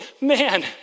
man